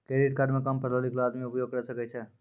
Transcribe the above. Credit card काम पढलो लिखलो आदमी उपयोग करे सकय छै?